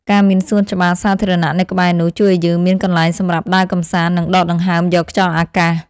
ការមានសួនច្បារសាធារណៈនៅក្បែរនោះ ជួយឱ្យយើងមានកន្លែងសម្រាប់ដើរកម្សាន្ត និងដកដង្ហើមយកខ្យល់អាកាស។